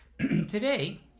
Today